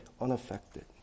unaffected